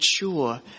mature